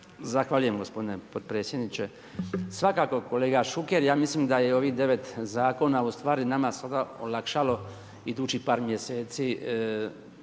Zahvaljujem gospodine potpredsjedniče. Svakako, kolega Šuker, ja mislim da je ovih 9 zakona u stvari nama sada olakšalo idućih par mjeseci